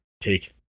take